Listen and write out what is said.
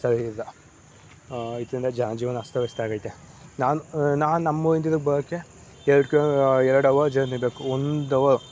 ಸರಿಯಿಲ್ಲ ಇದರಿಂದ ಜನ ಜೀವನ ಅಸ್ತವ್ಯಸ್ತ ಆಗಿದೆ ನಾನು ನಾನು ನಮ್ಮೂರಿಂದ ಇಲ್ಲಿಗೆ ಬರೋಕ್ಕೆ ಎರಡು ಕೀ ಎರಡು ಅವರ್ ಜರ್ನಿ ಬೇಕು ಒಂದು ಅವರ್